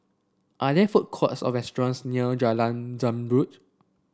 are there food courts or restaurants near Jalan Zamrud